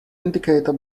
indicator